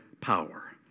power